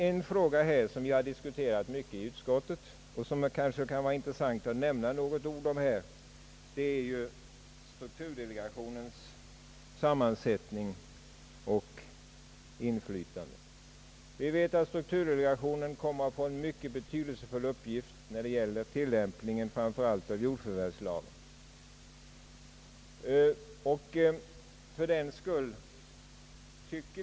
En fråga som vi diskuterat mycket i utskottet och som det kanske kan vara av intresse att nämna några ord om är strukturdelegationens sammansättning och inflytande. Strukturdelegationen får en mycket betydelsefull uppgift när det gäller tillämpningen av framför allt jordförvärvslagen.